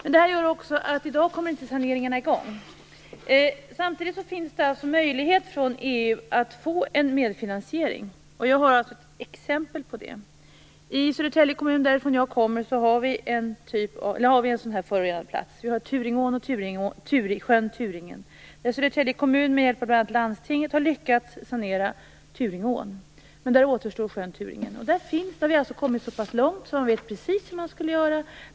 I dag kommer alltså inte saneringarna i gång, men samtidigt finns möjligheten till medfinansiering från EU. Jag har exempel på det. Jag kommer från Södertälje kommun och där finns det ett förorenat område. Det gäller Turingeån och sjön Turingen. Södertälje kommun har med hjälp av bl.a. landstinget lyckats sanera Turingeån. Sjön Turingen återstår dock. Nu har man kommit så pass långt att man vet precis hur man skall göra.